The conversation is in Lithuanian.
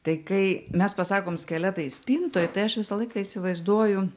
tai kai mes pasakom skeletai spintoj tai aš visą laiką įsivaizduoju